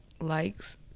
likes